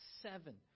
Seven